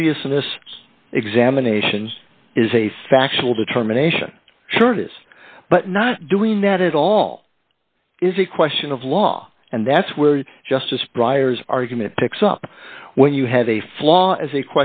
obviousness examinations is a factual determination sure does but not doing that at all is a question of law and that's where justice briar's argument picks up when you have a flaw is a